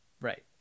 Right